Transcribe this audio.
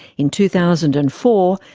in two thousand and four,